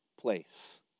place